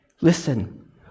listen